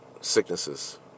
sicknesses